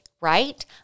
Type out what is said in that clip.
Right